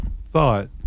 thought